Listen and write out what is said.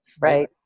right